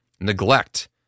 neglect